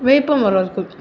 வேப்பமரம் இருக்குது